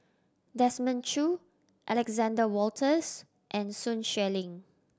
Desmond Choo Alexander Wolters and Sun Xueling